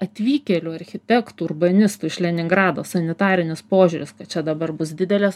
atvykėlių architektų urbanistų iš leningrado sanitarinis požiūris kad čia dabar bus didelės